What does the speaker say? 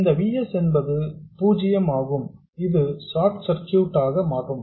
இந்த V s என்பது பூஜ்யம் ஆகும் இது ஷார்ட் சர்க்யூட் ஆக மாறும்